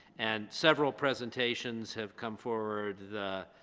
and several presentations have come forward, the.